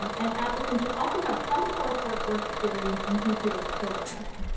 um an applicant should also have some coursework or experience in computer programming.